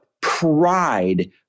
pride